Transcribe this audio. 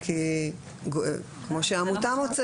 בגדול העקרונות שבו הם שאם מישהו נמצא